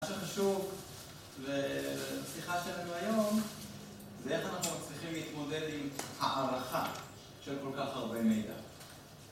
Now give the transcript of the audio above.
מה שחשוב בשיחה שלנו היום, זה איך אנחנו מצליחים להתמודד עם הערכה של כל כך הרבה מידע